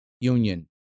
union